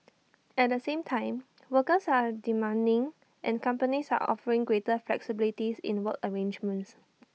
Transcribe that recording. at the same time workers are demanding and companies are offering greater flexibilities in work arrangements